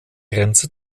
grenze